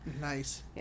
Nice